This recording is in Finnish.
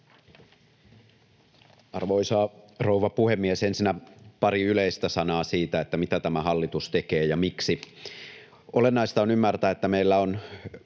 Arvoisa rouva puhemies! Ensinnä pari yleistä sanaa siitä, mitä tämä hallitus tekee ja miksi. Olennaista on ymmärtää, että meillä on